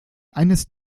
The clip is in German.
eines